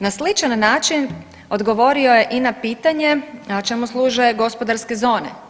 Na sličan način odgovorio je i na pitanje, čemu služe gospodarske zone.